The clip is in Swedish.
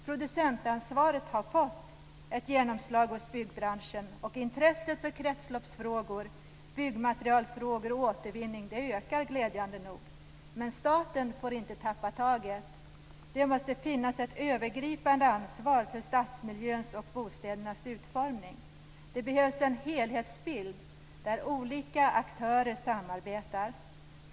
Producentansvaret har fått ett genomslag hos byggbranschen, och intresset för kretsloppsfrågor, byggmaterialfrågor och återvinning ökar glädjande nog. Men staten får inte tappa taget. Det måste finnas ett övergripande ansvar för stadsmiljöns och bostädernas utformning. Det behövs en helhetsbild där olika aktörer samarbetar.